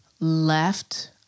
Left